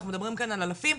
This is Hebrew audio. אנחנו מדברים כאן על אלפים?